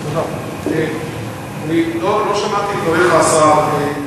לא שמעתי את דבריך, השר.